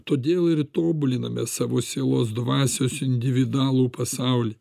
todėl ir tobuliname savo sielos dvasios individualų pasaulį